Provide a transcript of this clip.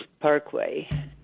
Parkway